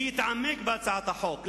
להתעמק בהצעת החוק,